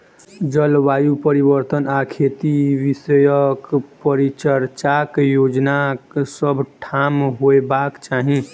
जलवायु परिवर्तन आ खेती विषयक परिचर्चाक आयोजन सभ ठाम होयबाक चाही